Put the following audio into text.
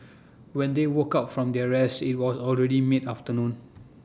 when they woke up from their rest IT was already mid afternoon